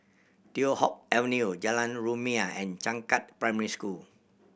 Teow Hock Avenue Jalan Rumia and Changkat Primary School